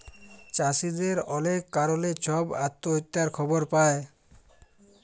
চাষীদের অলেক কারলে ছব আত্যহত্যার খবর পায়